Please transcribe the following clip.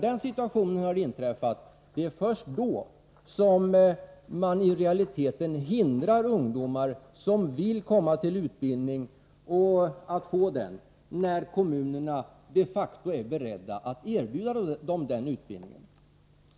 Det är först i den situationen som man i realiteten hindrar de ungdomar som vill ha utbildning att få en sådan. Kommunerna är ju de facto beredda att erbjuda ungdomarna denna utbildning.